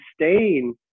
sustain